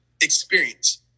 Experience